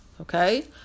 Okay